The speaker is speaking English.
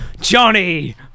Johnny